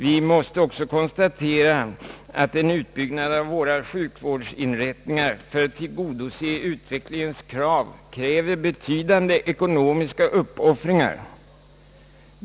Vi måste också konstatera att en utbyggnad av våra sjukvårdsinrättningar för att tillgodose utvecklingens krav medför betydande ekonomiska uppoffringar.